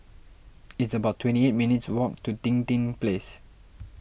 it's about twenty eight minutes' walk to Dinding Place